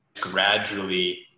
gradually